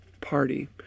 party